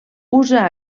usa